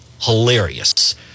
hilarious